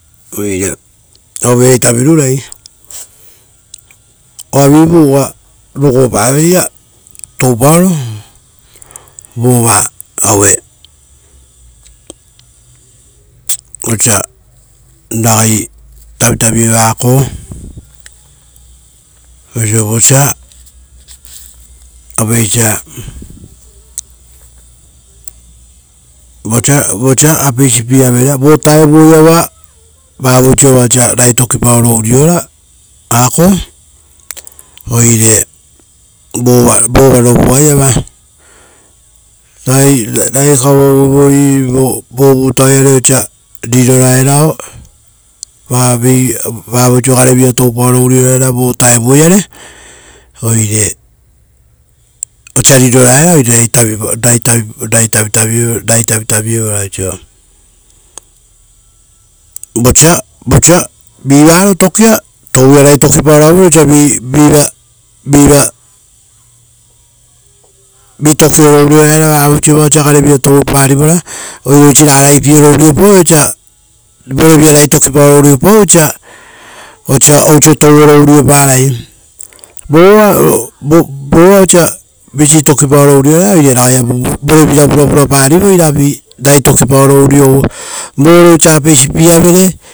Oire oava iare ita virurai, oavi vu oa rugopa veira toupaoro, vova aue osa ragai tavitavi eva akoo, oiso vosa apeisa, vosa vosa apeisi pie averea, vo taevu vutao iava, vavioso va osa vosa ragai toki paoro urioran aako, oire vova rovo aiva, ragai kavau evoi vovutao iare osa riro raero, vavioso gare vira toupao ro uriorae raera vovutao iare oire, osa riro osa riro raerao, oire ragai tavitavi evora oiso, vosa vosa vivaro tokia touvira ragai toki paoro avau vere, osa vi tokioro urio raera vavoiso va osa garevira toupari vora. Oire oisi raga pieoro uriopa vei osa vorevira ragai toki paoro uriopau ei osa oiso touoro urioparai. Vova osa visi toki paoro urio raera, oire ragai ia vore vira vura vura pari ragai toki paoro uriou, vore so apeisi pie avere.